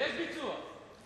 יש ביצוע.